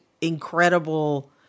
incredible